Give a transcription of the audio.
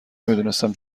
نمیدونستم